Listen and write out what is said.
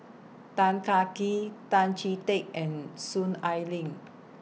Tan Kah Kee Tan Chee Teck and Soon Ai Ling